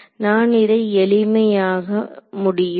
நான் இதை எளிமையாக முடியுமா